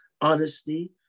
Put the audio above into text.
honesty